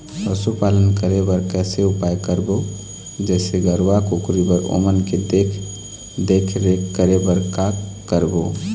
पशुपालन करें बर कैसे उपाय करबो, जैसे गरवा, कुकरी बर ओमन के देख देख रेख करें बर का करबो?